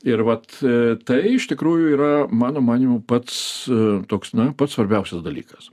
ir vat tai iš tikrųjų yra mano manymu pats toks na pats svarbiausias dalykas